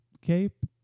cape